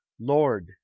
Lord